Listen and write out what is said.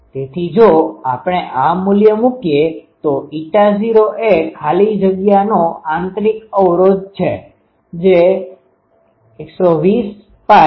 તેથી જો આપણે આ મૂલ્ય મુકીએ η૦ એ ખાલી જગ્યાનો આંતરિક અવરોધ છે જે 120π2π છે